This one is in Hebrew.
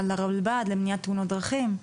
לרלב"ד, למניעת תאונות דרכים.